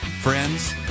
Friends